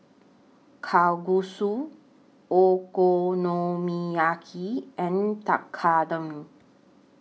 Kalguksu Okonomiyaki and Tekkadon